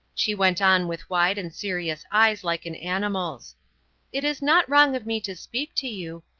she went on with wide and serious eyes like an animal's it is not wrong of me to speak to you,